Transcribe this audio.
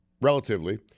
relatively